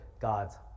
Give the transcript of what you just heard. God's